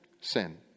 Sin